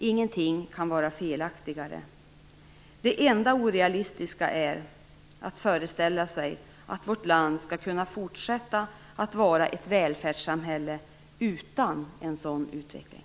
Ingenting kan vara mer felaktigt. Det enda orealistiska är att föreställa sig att vårt land skall kunna fortsätta att vara ett välfärdssamhälle utan en sådan utveckling.